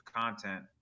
content